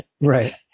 Right